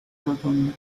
rotonda